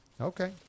Okay